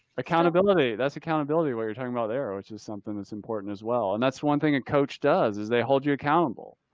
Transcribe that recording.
accountability. that's accountability where you're talking about there, which is something that's important as well. and that's one thing a coach does, is they hold you accountable.